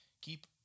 keep